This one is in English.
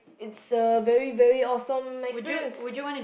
it's uh very very awesome my experience